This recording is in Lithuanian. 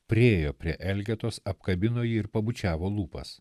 priėjo prie elgetos apkabino jį ir pabučiavo lūpas